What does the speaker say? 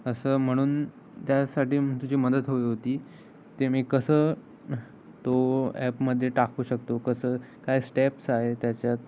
असं म्हणून त्यासाठी तुझी मदत होई होती ते मी कसं तो ॲपमध्ये टाकू शकतो कसं काय स्टेप्स आहे त्याच्यात